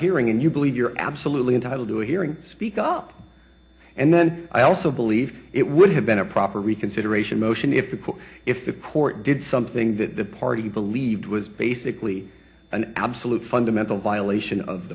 hearing and you believe you're absolutely entitled to a hearing speak up and then i also believe it would have been a proper reconsideration motion if the court if the court did something that the party believed was basically an absolute fundamental violation of